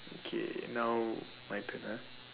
okay now my turn